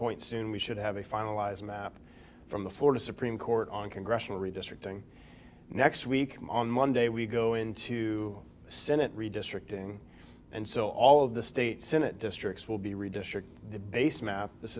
point soon we should have a finalized map from the florida supreme court on congressional redistricting next week on monday we go into the senate redistricting and so all of the state senate districts will be redistricting based map this